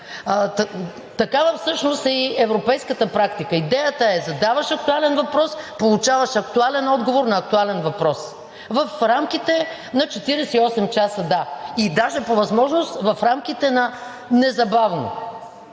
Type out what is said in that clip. Такава всъщност е и европейската практика – идеята е да задаваш актуален въпрос, получаваш актуален отговор на актуален въпрос в рамките на 48 часа – да, и даже по възможност незабавно.